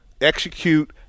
execute